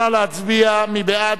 מי בעד?